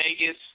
Vegas